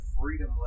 freedom